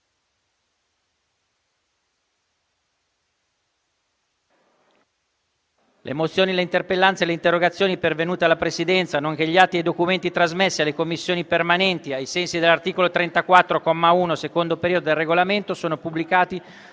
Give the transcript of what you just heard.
Le mozioni, le interpellanze e le interrogazioni pervenute alla Presidenza, nonché gli atti e i documenti trasmessi alle Commissioni permanenti ai sensi dell'articolo 34, comma 1, secondo periodo, del Regolamento sono pubblicati